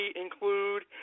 include